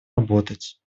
работать